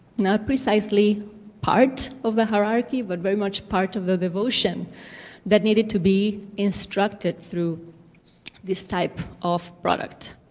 not precisely part of the hierarchy, but very much part of the devotion that needed to be instructed through this type of product.